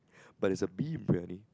but there's a B~ Briyani